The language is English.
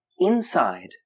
Inside